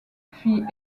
fit